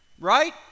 right